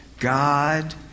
God